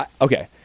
Okay